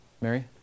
Mary